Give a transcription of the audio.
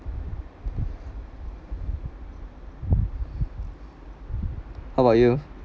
how about you